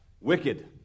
wicked